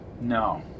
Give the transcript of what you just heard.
No